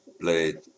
played